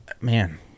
man